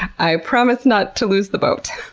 i promise not to lose the boat!